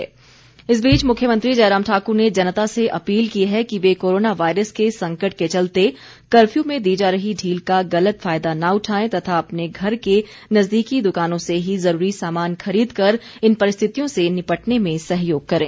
मुख्यमंत्री अपील इस बीच मुख्यमंत्री जयराम ठाकुर ने जनता से अपील की है कि वे कोरोना वायरस के संकट के चलते कर्फ्यू में दी जा रही ढील का गलत फायदा न उठाएं तथा अपने घर के नज़दीकी दुकानों से ही जरूरी सामान खरीदकर इन परिस्थितियों से निपटने में सहयोग करें